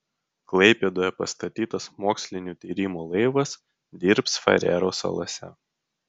klaipėdoje pastatytas mokslinių tyrimų laivas dirbs farerų salose